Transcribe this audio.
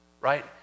Right